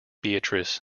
beatrice